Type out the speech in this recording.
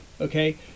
Okay